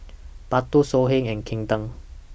Bardot Songhe and Kinder